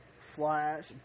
Flash